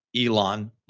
Elon